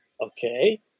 okay